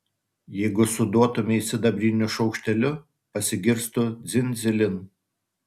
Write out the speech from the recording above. jeigu suduotumei sidabriniu šaukšteliu pasigirstų dzin dzilin